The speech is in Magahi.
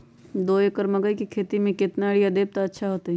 दो एकड़ मकई के खेती म केतना यूरिया देब त अच्छा होतई?